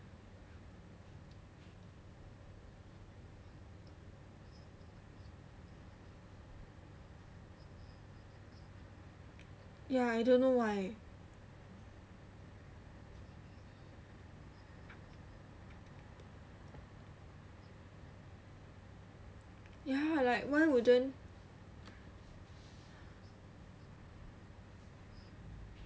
ya I don't know why ya like why wouldn't